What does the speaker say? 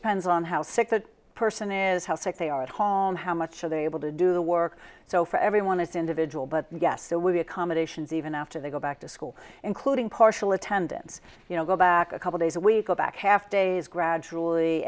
depends on how sick the person is how sick they are at home how much are they able to do the work so for everyone is individual but yes there will be accommodations even after they go back to school including partial attendance you know go back a couple days a week a back half days gradually